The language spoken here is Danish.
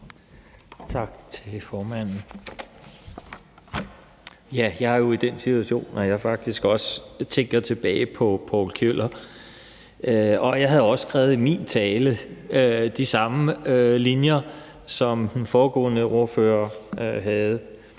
Tak til formanden. Jeg er jo i den situation, at jeg faktisk også tænker tilbage på Povl Kjøller, og jeg havde også i min tale skrevet de samme linjer, som den foregående ordfører havde.